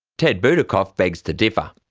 ted boutacoff begs to differ.